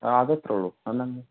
ആഹ് അത് അത്രേയുള്ളൂ